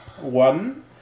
One